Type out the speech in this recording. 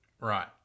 right